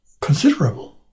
considerable